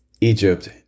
Egypt